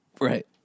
Right